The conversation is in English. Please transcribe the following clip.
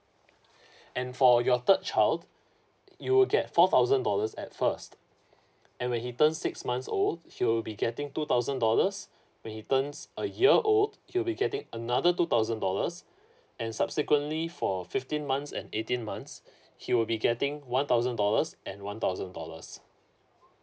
and for your third child you will get four thousand dollars at first and when he turns six months old he will be getting two thousand dollars when he turns a year old he will be getting another two thousand dollars and subsequently for fifteen months and eighteen months he will be getting one thousand dollars and one thousand dollars